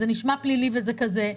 זה נשמע פלילי, וזה כזה.